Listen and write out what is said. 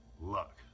luck